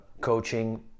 coaching